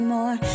more